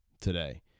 today